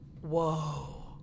Whoa